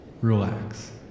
relax